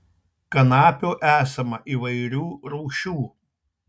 kanapių esama įvairių rūšių